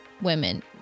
women